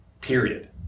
period